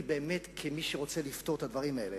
כמי שרוצה לפתור את הדברים האלה